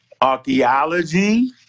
archaeology